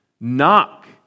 Knock